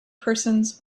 persons